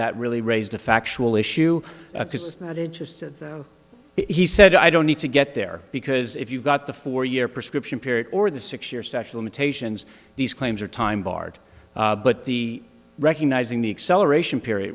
that really raised a factual issue because it's not interested he said i don't need to get there because if you've got the four year prescription period or the six year special mutations these claims are time barred but the recognizing the acceleration period